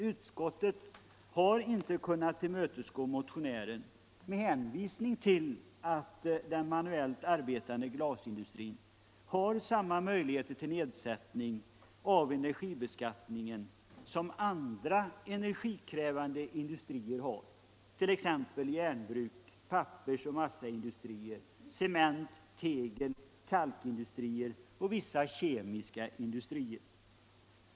Utskottet har inte kunnat tillmötesgå motionären med hänvisning till att den manuellt arbetande glasindustrin har samma möjligheter till nedsättning av energiskatten som andra energikrävande industrier, t.ex. järnbruk, pappersoch massaindustrier, cement-, tegeloch kalkindustrier samt vissa kemiska industrier.